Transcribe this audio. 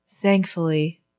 Thankfully